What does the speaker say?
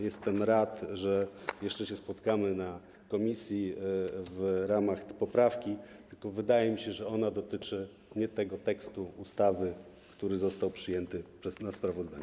Jestem rad, że jeszcze się spotkamy w komisji w ramach prac nad poprawką, tylko wydaje mi się, że ona dotyczy nie tego tekstu ustawy, który został przyjęty w sprawozdaniu.